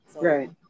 Right